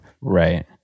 Right